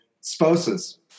spouses